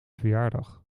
verjaardag